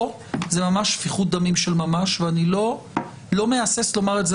אבל כאן זאת ממש שפיכות דמים של ממש ואני לא מהסס לומר את זה